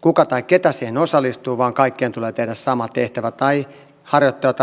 kuka tai keitä siihen osallistuu vaan kaikkien tulee tehdä sama tehtävä tai harjoittaa jotain muuta ammattia